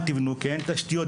כי אין תשתיות.